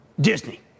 Disney